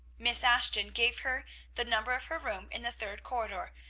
miss ashton gave her the number of her room in the third corridor,